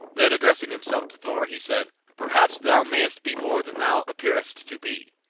then addressing himself to thor, he said, perhaps thou mayst be more than thou appearest to be.